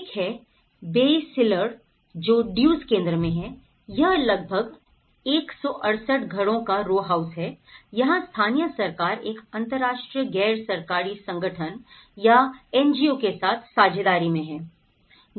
एक है बेयसीलर जो ड्यूज केंद्र में है यह लगभग 168 घरों का रो हाउस है यहाँ स्थानीय सरकार एक अंतरराष्ट्रीय गैर सरकारी संगठन या एनजीओ के साथ साझेदारी में है